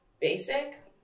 basic